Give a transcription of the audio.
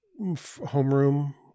homeroom